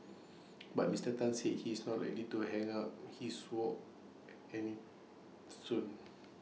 but Mister Tan said he is not A little to hang up his wok any soon